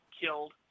killed